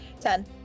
Ten